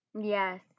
Yes